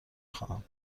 خواهم